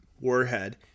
warhead